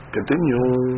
Continue